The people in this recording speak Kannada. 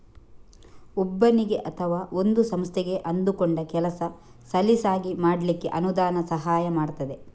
ಒಬ್ಬನಿಗೆ ಅಥವಾ ಒಂದು ಸಂಸ್ಥೆಗೆ ಅಂದುಕೊಂಡ ಕೆಲಸ ಸಲೀಸಾಗಿ ಮಾಡ್ಲಿಕ್ಕೆ ಅನುದಾನ ಸಹಾಯ ಮಾಡ್ತದೆ